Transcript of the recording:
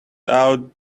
out